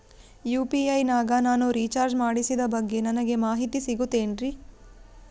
UPI ನಾಗ ನಾನು recharge ಮಾಡಿಸಿದ ಬಗ್ಗೆ ನನಗೆ ಮಾಹಿತಿ ಸಿಗುತೇನ್ರೀ?